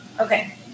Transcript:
Okay